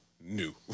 new